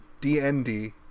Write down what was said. dnd